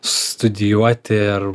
studijuoti ar